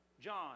John